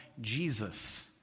Jesus